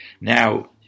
Now